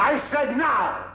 i said no